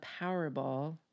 Powerball